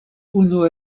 unu